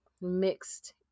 mixed